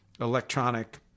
electronic